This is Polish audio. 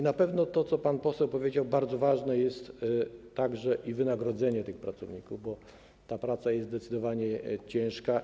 Na pewno, tak jak pan poseł powiedział, bardzo ważne jest wynagrodzenie tych pracowników, bo ta praca jest zdecydowanie ciężka.